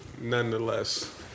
nonetheless